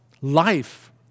life